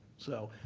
so,